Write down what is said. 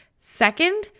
Second